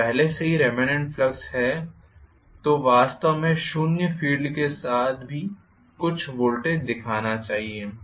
अगर पहले से ही रेमानेंट फ्लक्स है तो वास्तव में शून्य फील्ड के साथ भी कुछ वोल्टेज दिखाना चाहिए